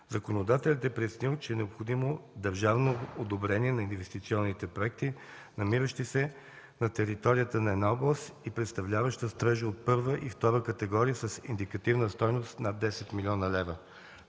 Законодателят е преценил, че е необходимо държавно одобрение на инвестиционните проекти, намиращи се на територията на една област и представляващи строежа от първа и втора категория с индикативна стойност над 10 млн. лв.